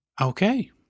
Okay